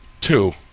two